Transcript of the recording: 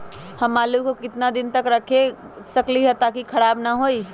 हम आलु को कितना दिन तक घर मे रख सकली ह ताकि खराब न होई?